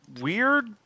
weird